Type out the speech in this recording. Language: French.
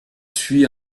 suit